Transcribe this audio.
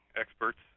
experts